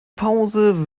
pause